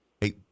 Hey